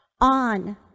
on